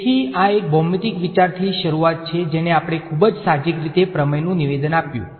તેથી આ એક ભૌમિતિક વિચારથી શરૂઆત છે જેણે આપણને ખૂબ જ સાહજિક રીતે પ્રમેયનું નિવેદન આપ્યું